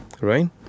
right